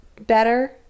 better